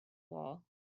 wall